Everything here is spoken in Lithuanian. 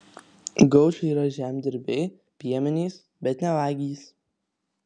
gaučai yra žemdirbiai piemenys bet ne vagys